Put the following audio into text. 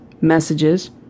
Messages